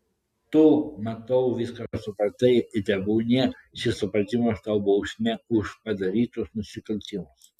tu matau viską supratai ir tebūnie šis supratimas tau bausmė už padarytus nusikaltimus